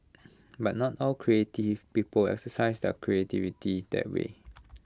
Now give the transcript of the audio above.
but not all creative people exercise their creativity that way